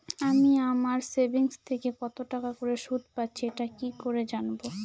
আমি আমার সেভিংস থেকে কতটাকা করে সুদ পাচ্ছি এটা কি করে জানব?